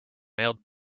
mailed